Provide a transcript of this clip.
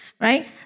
right